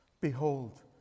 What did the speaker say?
Behold